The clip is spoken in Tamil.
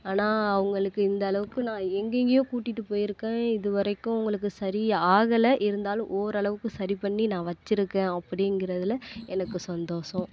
ஆனால் அவங்களுக்கு இந்த அளவுக்கு நான் எங்கெங்கையோ கூட்டிகிட்டு போயிருக்கேன் இதுவரைக்கும் அவங்களுக்கு சரி ஆகலை இருந்தாலும் ஓரளவுக்கு சரி பண்ணி நான் வச்சுருக்கேன் அப்படிங்கிறதுல எனக்கு சந்தோசம்